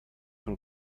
von